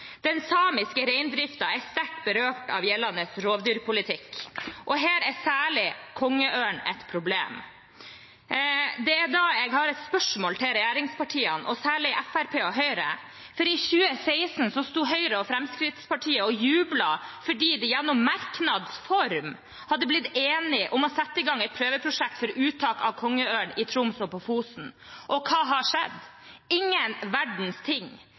Den samiske reindriften er sterkt berørt av gjeldende rovdyrpolitikk. Her er særlig kongeørnen er problem. I den forbindelse har jeg et spørsmål til regjeringspartiene, særlig Fremskrittspartiet og Høyre. I 2016 sto Høyre og Fremskrittspartiet og jublet fordi de i merknads form hadde blitt enige om å sette i gang et prøveprosjekt for uttak av kongeørn i Troms og på Fosen. Hva har skjedd? Ingen verdens ting!